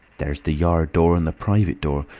there's the yard door and the private door.